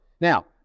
Now